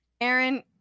Aaron